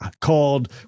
called